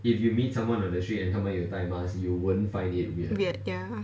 weird ya